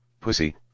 pussy